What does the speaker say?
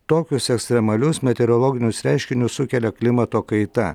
tokius ekstremalius meteorologinius reiškinius sukelia klimato kaita